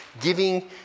giving